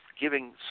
giving